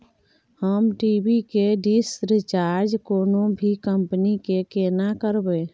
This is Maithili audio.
हम टी.वी के डिश रिचार्ज कोनो भी कंपनी के केना करबे?